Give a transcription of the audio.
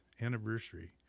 anniversary